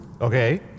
okay